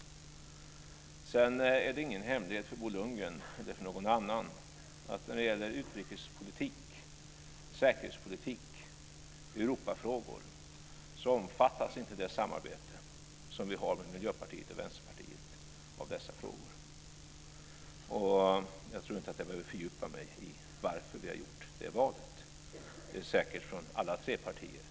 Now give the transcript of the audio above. Sedan är det ingen hemlighet för Bo Lundgren eller för någon annan att det samarbete som vi har med Miljöpartiet och Vänsterpartiet omfattar inte utrikespolitik, säkerhetspolitik och Europafrågor. Jag tror inte att jag behöver fördjupa mig i varför vi har gjort det valet. Det är säkert ett naturligt ställningstagande från alla tre partier.